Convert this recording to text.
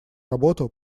работу